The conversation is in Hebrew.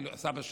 סבא שלו,